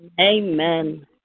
Amen